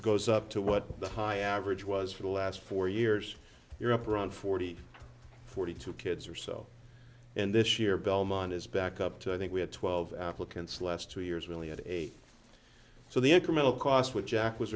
goes up to what the high average was for the last four years you're up around forty forty two kids or so in this year belmont is back up to i think we had twelve applicants last two years really at eight so the incremental cost which jack was